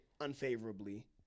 unfavorably